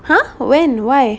!huh! when why